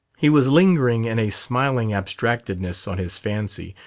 he was lingering in a smiling abstractedness on his fancy,